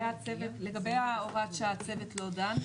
לגבי הוראת השעה הצוות לא דן,